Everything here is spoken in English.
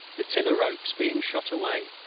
the tiller-ropes being shot away,